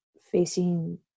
facing